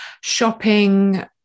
shopping